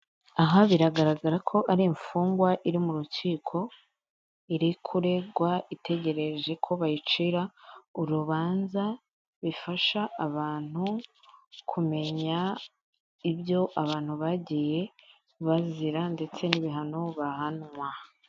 Aha biragaragara ko ari imfungwa iri mu rukiko iri kuregwa itegereje ko bayicira urubanza bifasha abantu kumenya ibyo abantu bagiye bazira ndetse n'ibihano bahanwa.